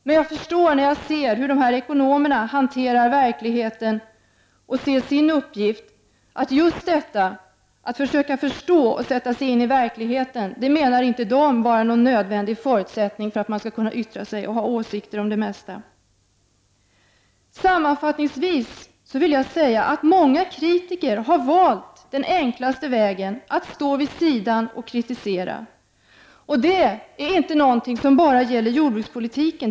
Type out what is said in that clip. Men när jag ser hur dessa ekonomer hanterar verkligheten och hur de ser på sin uppgift förstår jag att de inte anser det vara någon nödvändig förutsättning att man försöker förstå och sätta sig in i verkligheten för att man skall kunna uttrycka sig och ha åsikter om det mesta. Sammanfattningsvis vill jag säga att många kritiker har valt den enklaste vägen, nämligen att stå vid sidan av och kritisera. Det är inte något som bara gäller jordbrukspolitiken.